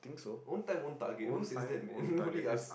own time own target who says that man only us